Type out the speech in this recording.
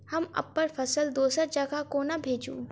हम अप्पन फसल दोसर जगह कोना भेजू?